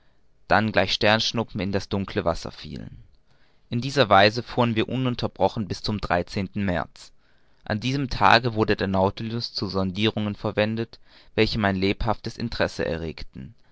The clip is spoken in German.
dann gleich sternschnuppen in das dunkle wasser fielen in dieser weise fuhren wir ununterbrochen bis zum märz an diesem tage wurde der nautilus zu sondirungen verwendet welche mein lebhaftes interesse erregten